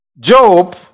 Job